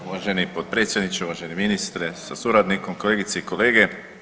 Uvaženi potpredsjedniče, uvaženi ministre sa suradnikom, kolegice i kolege.